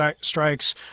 strikes